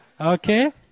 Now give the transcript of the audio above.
Okay